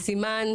בסימן